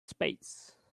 spades